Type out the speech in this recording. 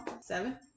Seven